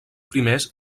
primers